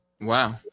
Wow